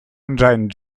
engined